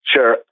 Sure